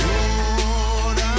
Lord